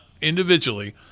individually